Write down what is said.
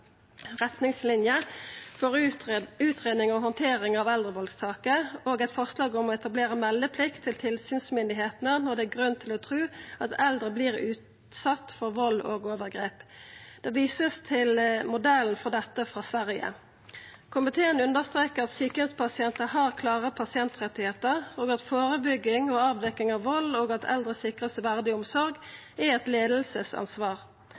for utredning og håndtering av eldrevoldssaker», og eit forslag om å «etablere meldeplikt til tilsynsmyndighetene når det er grunn til å tro at eldre blir utsatt for vold og overgrep.» Det vert vist til modellen for dette i Sverige. Komiteen understrekar at sjukeheimspasientar har klare pasientrettar, og at førebygging og avdekking av vald og at eldre vert sikra verdig